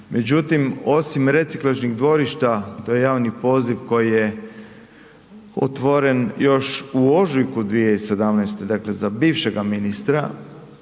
Međutim osim reciklažnih dvorišta to je javni poziv koji je otvoren još u ožujku 2017. dakle za bivšega ministra